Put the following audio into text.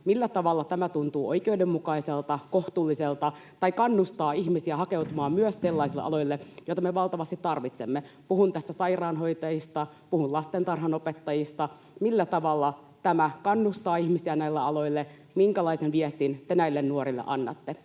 Millä tavalla tämä tuntuu oikeudenmukaiselta ja kohtuulliselta tai kannustaa ihmisiä hakeutumaan myös sellaisille aloille, joita me valtavasti tarvitsemme? Puhun tässä sairaanhoitajista, puhun lastentarhanopettajista. Millä tavalla tämä kannustaa ihmisiä näille aloille? Minkälaisen viestin te näille nuorille annatte?